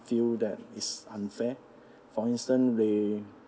feel that it's unfair for instance they